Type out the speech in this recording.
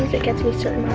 it gets me certain